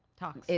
talks.